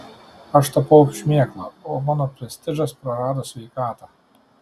aš tapau šmėkla o mano prestižas prarado sveikatą